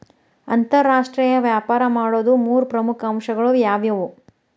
ಅಂತರಾಷ್ಟ್ರೇಯ ವ್ಯಾಪಾರ ಮಾಡೋದ್ ಮೂರ್ ಪ್ರಮುಖ ಅಂಶಗಳು ಯಾವ್ಯಾವು?